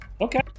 Okay